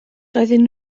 doedden